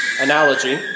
analogy